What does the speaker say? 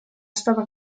stava